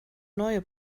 neue